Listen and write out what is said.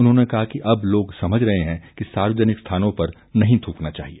उन्होंने कहा कि अब लोग समझ रहे हैं कि सार्वजनिक स्थानों पर नहीं थूकना चाहिए